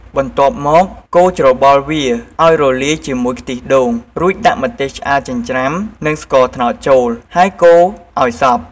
បន្ទាប់មក កូរច្របល់វាអោយរលាយជាមួយខ្ទិះដូង រួចដាក់ម្ទេសឆ្អើរចិញ្រ្ចាំនិងស្ករត្នោតចូល ហើយកូរអោយសព្វ។